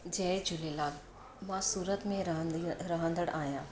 जय झूलेलाल मां सूरत में रहंदी रहंदड़ आहियां